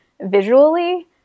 visually